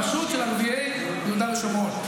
הרשות של ערביי יהודה ושומרון,